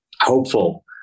hopeful